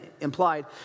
implied